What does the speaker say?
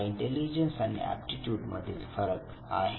हा इंटेलिजन्स आणि एप्टीट्यूड मधील फरक आहे